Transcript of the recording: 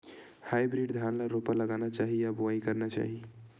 Hybrid धान ल रोपा लगाना चाही या बोआई करना चाही?